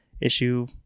issue